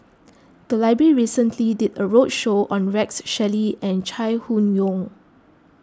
the library recently did a roadshow on Rex Shelley and Chai Hon Yoong